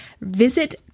visit